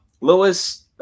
Lewis